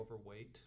overweight